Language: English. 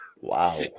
Wow